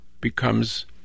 becomes